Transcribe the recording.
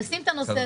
לשים את הנושא הזה.